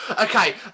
Okay